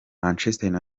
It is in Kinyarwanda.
manchester